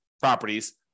properties